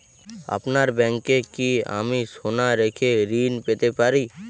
আপনার ব্যাংকে কি আমি সোনা রেখে ঋণ পেতে পারি?